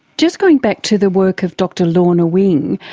just going back to the work of dr lorna wing,